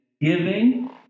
giving